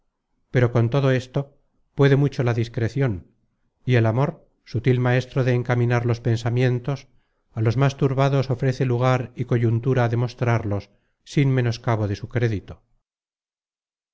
pero con todo esto puede mucho la discrecion y el amor sutil maestro de encaminar los pensamientos á los más turbados ofrece lugar y coyuntura de mostrarlos sin menoscabo de su crédito